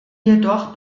jedoch